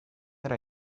era